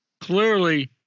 clearly